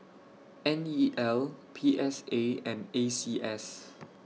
N E L P S A and A C S